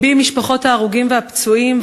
לבי עם משפחות ההרוגים והפצועים,